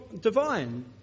divine